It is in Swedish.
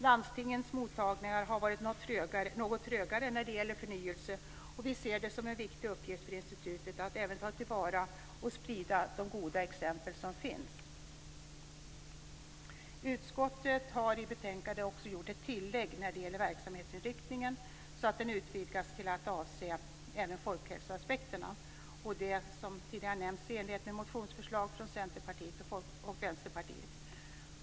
Landstingens mottagningar har varit något trögare när det gäller förnyelse, och vi ser det som en viktig uppgift för institutet att även ta till vara och sprida de goda exempel som finns. Utskottet har i betänkandet gjort ett tillägg när det gäller verksamhetsinriktningen så att den utvidgas till att avse även folkhälsoaspekterna, detta i enlighet med ett motionsförslag från Centerpartiet.